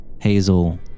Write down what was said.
Hazel